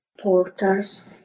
porters